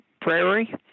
Prairie